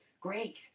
great